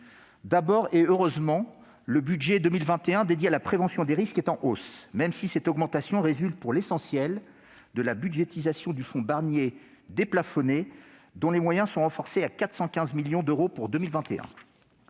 d'abord, le budget 2021 dédié à la prévention des risques est en hausse. C'est heureux, même si cette augmentation résulte pour l'essentiel de la budgétisation du fonds Barnier déplafonné, dont les moyens sont renforcés à 415 millions d'euros pour 2021.